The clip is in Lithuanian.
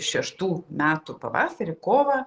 šeštų metų pavasarį kovą